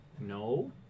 No